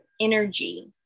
energy